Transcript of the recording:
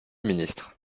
ministre